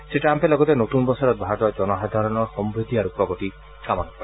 শ্ৰীট্টাম্পে লগতে নতুন বছৰত ভাৰতৰ জনসাধাৰণৰ সমৃদ্ধি আৰু প্ৰগতি কামনা কৰে